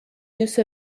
use